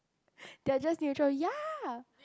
they are just neutral ya